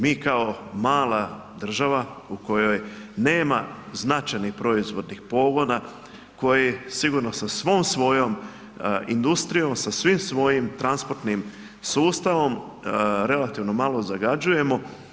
Mi kao mala država u kojoj nema značajnih proizvodnih pogona koje sigurno sa svom svojom industrijom, sa svim svojim transportnim sustavom relativno malo zagađujemo.